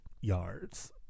yards